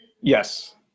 Yes